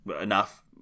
enough